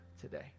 today